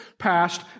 Passed